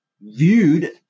viewed